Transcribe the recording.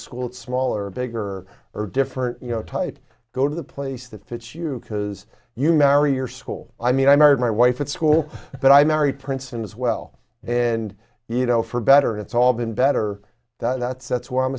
school smaller bigger or different you know tight go to the place that fits you because you marry your school i mean i married my wife at school but i married princeton as well and you know for better it's all been better that's that's where i'm